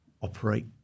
operate